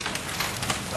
מס'